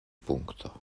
punkto